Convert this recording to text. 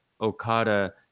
okada